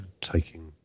taking